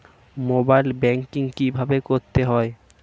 Mobile banking কীভাবে করতে হয়?